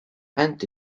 anti